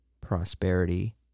prosperity